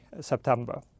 September